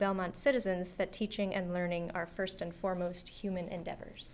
belmont citizens that teaching and learning are first and foremost human endeavors